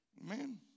Amen